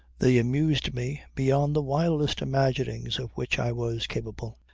they amused me beyond the wildest imaginings of which i was capable.